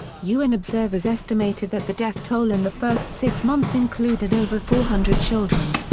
un observers estimated that the death toll in the first six months included over four hundred children.